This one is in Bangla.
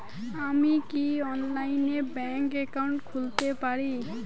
আমি কি অনলাইনে ব্যাংক একাউন্ট খুলতে পারি?